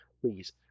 Please